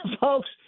folks